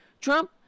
Trump